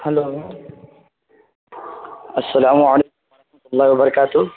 hello السلام علیکم وبرکاتہ